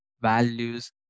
values